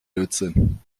lötzinn